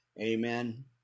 Amen